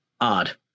odd